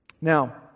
Now